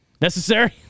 Necessary